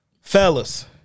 fellas